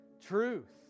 truth